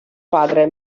padre